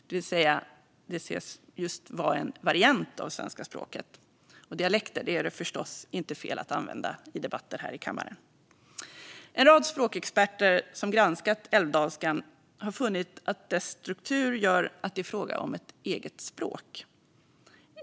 Den anses alltså vara en variant av svenska språket, och dialekter är förstås inte fel att använda i debatter här i kammaren. En rad språkexperter som granskat älvdalskan har funnit att dess struktur gör att det är fråga om ett eget språk.